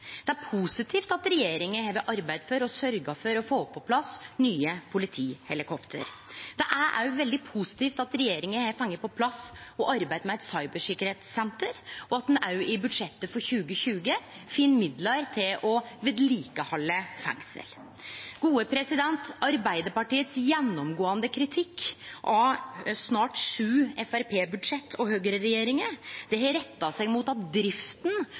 Det er positivt at regjeringa har arbeidd for og sørgd for å få på plass nye politihelikopter. Det er òg veldig positivt at regjeringa har fått på plass og arbeidd med eit cybersikkerheitssenter, og at ein òg i budsjettet for 2020 finn midlar til å vedlikehalde fengsel. Arbeidarpartiet sin gjennomgåande kritikk av snart sju Framstegsparti-budsjett og høgreregjeringa har retta seg mot at